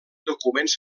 documents